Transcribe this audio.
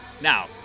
Now